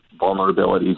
vulnerabilities